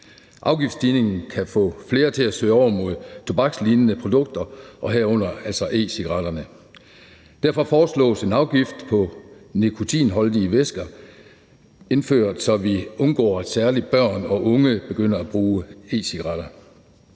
Afgiftsstigningen kan få flere til at søge over mod tobakslignende produkter, herunder altså e-cigaretterne. Derfor foreslås en afgift på nikotinholdige væsker indført, så vi undgår, at særlig børn og unge begynder at bruge e-cigaretter.